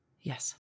yes